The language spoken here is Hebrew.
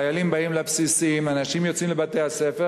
כשחיילים באים לבסיסים ואנשים יוצאים לבתי-הספר,